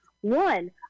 one